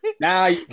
Now